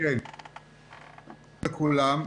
שלום לכולם.